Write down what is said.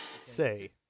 Say